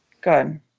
Good